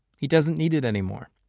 he doesn't need it anymore.